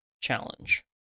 challenge